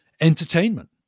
Entertainment